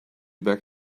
back